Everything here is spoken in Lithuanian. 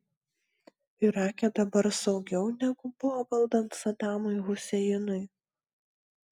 irake dabar saugiau negu buvo valdant sadamui huseinui